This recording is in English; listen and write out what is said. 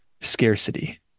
scarcity